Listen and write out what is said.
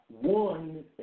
one